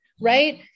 right